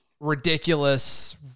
ridiculous